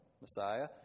Messiah